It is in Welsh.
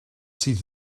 sydd